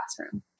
classroom